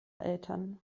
eltern